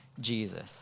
Jesus